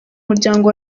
muryango